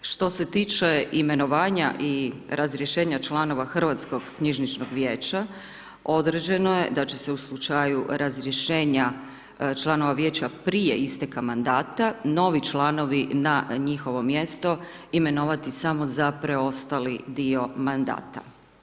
Što se tiče imenovanja i razrješenja članova Hrvatskog knjižničnog vijeća, određeno je da će se u slučaju razrješenja članova vijeća prije isteka mandata, novi članovi na njihovo mjesto imenovati samo za preostali dio mandata.